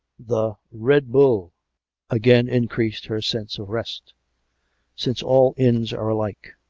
the red bull again increased her sense of rest since all inns are alike.